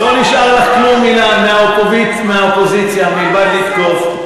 לא נשאר לך כלום מהאופוזיציה מלבד לתקוף,